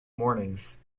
mornings